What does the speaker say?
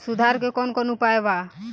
सुधार के कौन कौन उपाय वा?